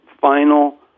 final